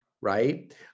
right